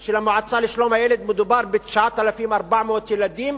של המועצה לשלום הילד מדובר ב-9,400 ילדים,